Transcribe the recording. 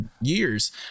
years